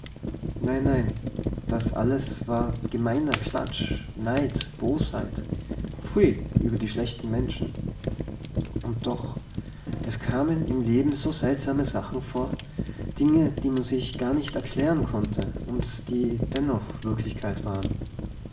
nein nein das alles war gemeiner klatsch neid bosheit pfui über die schlechten menschen und doch es kamen im leben so seltsame sachen vor dinge die man sich gar nicht erklären konnte und die dennoch wirklichkeit waren